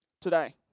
today